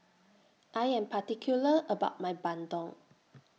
I Am particular about My Bandung